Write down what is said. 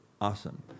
awesome